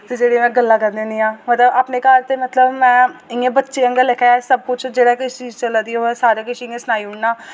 फिर जेह्ड़ी में गल्लां करनी होनी आं होर अपने घर ते में मतलब में इ'यां बच्चे आंगर लेखा सब कुछ जेह्ड़ा की चीज़ चला दी होऐ सारा किश इ'यां सनाई ओड़ना